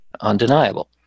undeniable